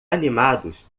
animados